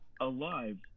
alive